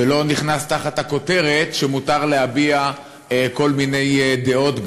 ולא נכנס תחת הכותרת שמותר להביע כל מיני דעות,